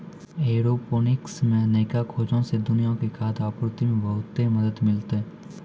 aeroponics मे नयका खोजो से दुनिया के खाद्य आपूर्ति मे बहुते मदत मिलतै